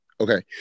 Okay